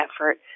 effort